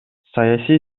саясий